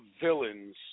villains